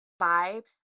vibe